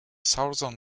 southern